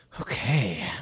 Okay